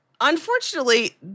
Unfortunately